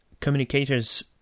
communicators